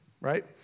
right